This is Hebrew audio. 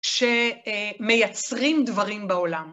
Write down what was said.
שמייצרים דברים בעולם.